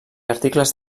articles